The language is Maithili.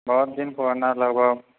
बहुत दिन पुराना लगभग